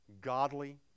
godly